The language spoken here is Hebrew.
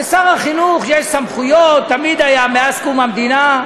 לשר החינוך יש סמכויות, תמיד היו, מאז קום המדינה,